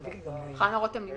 חנה, את